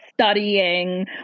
studying